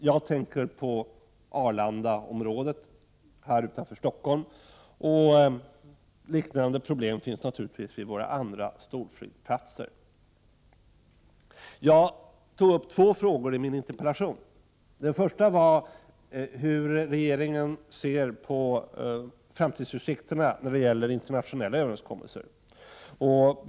Jag tänker på Arlandaområdet utanför Stockholm, och liknande problem finns naturligtvis vid våra andra storflygplatser. Jag tog upp två frågor i min interpellation. Den första var hur regeringen ser på framtidsutsikterna för internationella överenskommelser.